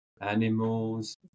animals